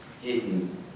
hidden